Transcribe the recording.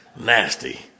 Nasty